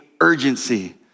urgency